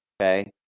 Okay